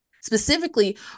Specifically